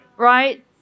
right